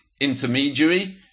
intermediary